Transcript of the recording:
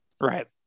Right